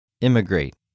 Immigrate